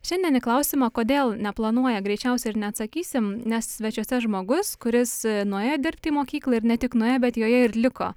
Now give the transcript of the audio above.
šiandien į klausimą kodėl neplanuoja greičiausia ir neatsakysim nes svečiuose žmogus kuris nuėjo dirbti į mokyklą ir ne tik nuėjo bet joje ir liko